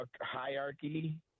hierarchy